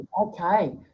okay